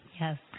Yes